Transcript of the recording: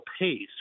pace